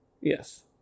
yes